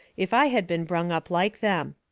if i had been brung up like them.